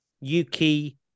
Yuki